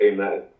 Amen